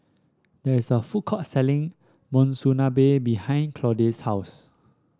there is a food court selling Monsunabe behind Claude's house